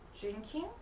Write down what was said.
drinking